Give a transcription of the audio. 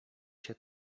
się